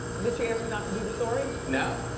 did she ask you not to do the story? no.